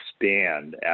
expand